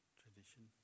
tradition